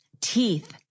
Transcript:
teeth